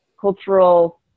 cultural